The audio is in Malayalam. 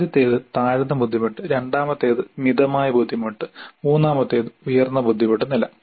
ആദ്യത്തേത് താഴ്ന്ന ബുദ്ധിമുട്ട് രണ്ടാമത്തേത് മിതമായ ബുദ്ധിമുട്ട് മൂന്നാമത്തേത് ഉയർന്ന ബുദ്ധിമുട്ട് നില